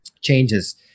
changes